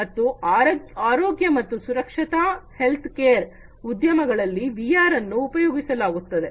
ಮತ್ತು ಆರೋಗ್ಯ ಮತ್ತು ಸುರಕ್ಷತಾ ಹೆಲ್ತ್ ಕೇರ್ ಉದ್ಯಮಗಳಲ್ಲಿ ವಿಆರ್ಅನ್ನು ಉಪಯೋಗಿಸಲಾಗುತ್ತದೆ